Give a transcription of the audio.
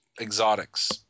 exotics